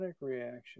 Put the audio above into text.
reaction